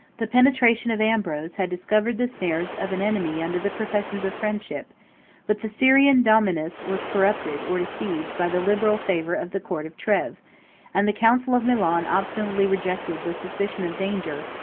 the penetration of ambrose had discovered the snares of an enemy under the professions of friendship but the syrian domninus was corrupted, or deceived, by the liberal favor of the court of treves and the council of milan obstinately rejected the suspicion of danger,